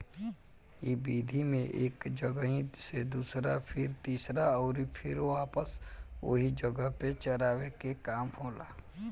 इ विधि में एक जगही से दूसरा फिर तीसरा अउरी फिर वापस ओही जगह पे चरावे के काम होला